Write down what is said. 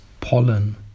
pollen